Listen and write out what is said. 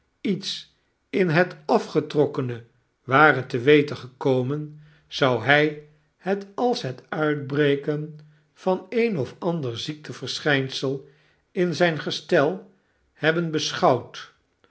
iets in het afgetrokkene ware te weten gekomen zou hy het als het uitbreken van een of ander ziekteverschynsel in zijn gestel hebben beschouwd